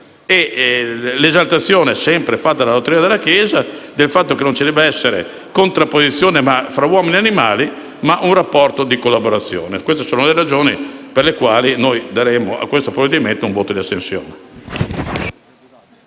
l'esaltazione, sempre fatta dalla dottrina della Chiesa, del fatto che non ci debba essere contrapposizione fra uomini e animali ma un rapporto di collaborazione. Queste sono le ragioni per le quali noi daremo un voto di astensione